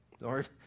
Lord